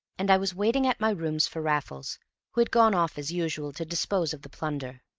and i was waiting at my rooms for raffles, who had gone off as usual to dispose of the plunder.